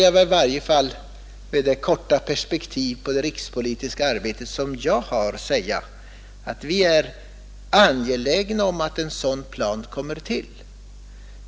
Jag har visserligen ett kort perspektiv på det rikspolitiska arbetet, men jag vågar ändå säga att vi är angelägna om att en riksplanering kommer till.